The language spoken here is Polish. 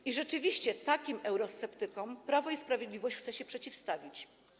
I rzeczywiście takim eurosceptykom Prawo i Sprawiedliwość chce się przeciwstawić.